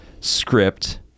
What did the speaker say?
script